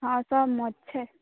हॅं सभ माछ छै